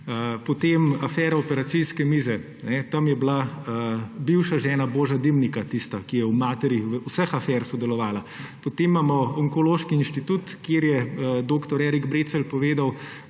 Potem afera operacijske mize. Tam je bila bivša žena Boža Dimnika, tista, ki je v materi vseh afer sodelovala. Potem imamo Onkološki inštitut, kjer je dr. Erik Brecelj povedal,